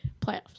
playoffs